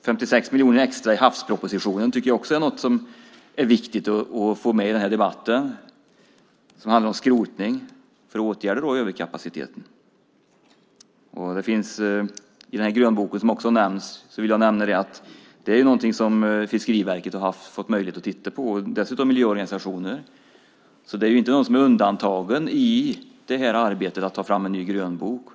56 miljoner extra i havspropositionen tycker jag också är något som är viktigt att få med i den här debatten. Det handlar om skrotning, åtgärder och överkapacitet. Beträffande den grönbok som också nämns vill jag nämna att det är någonting som Fiskeriverket har fått möjlighet att titta på liksom dessutom miljöorganisationer. Det är alltså ingen som är undantagen i arbetet med att ta fram en ny grönbok.